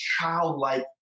childlike